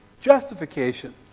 justification